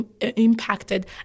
impacted